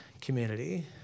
community